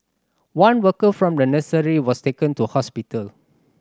one worker from the nursery was taken to hospital